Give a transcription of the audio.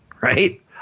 right